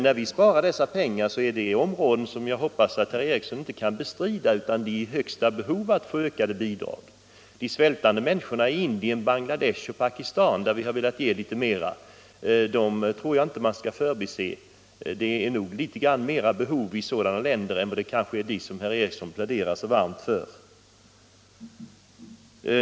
När vi vill spara dessa pengar är det för att satsa dem i områden som jag hoppas att herr Ericson inte kan bestrida är i största behov av att få ökade bidrag. Jag tror inte man skall förbise att behoven är större i Indien, Bangladesh och Pakistan, som vi har velat ge mera, än i de länder som herr Ericson i Örebro pläderar så varmt för.